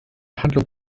handlung